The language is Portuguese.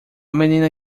menina